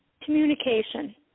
communication